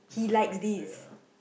Tony likes it ya